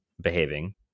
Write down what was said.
behaving